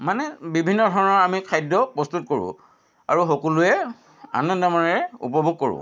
মানে বিভিন্ন ধৰণৰ আমি খাদ্য প্ৰস্তুত কৰোঁ আৰু সকলোৱে আনন্দ মনেৰে উপভোগ কৰোঁ